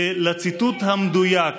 ולציטוט המדויק,